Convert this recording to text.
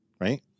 right